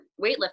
weightlifting